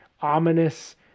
ominous